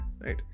right